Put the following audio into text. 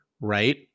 right